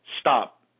Stop